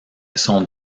sont